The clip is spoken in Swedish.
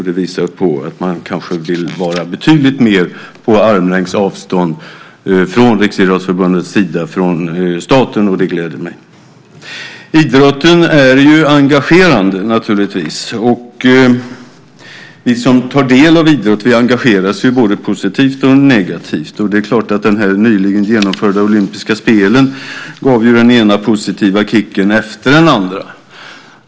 Det visar kanske att man från Riksidrottsförbundets sida vill vara betydligt mer på armlängds avstånd från staten. Detta gläder mig. Idrotten är naturligtvis engagerande. Vi som tar del av idrott engageras både positivt och negativt. Det är klart att de nyligen genomförda olympiska spelen gav den ena positiva kicken efter den andra.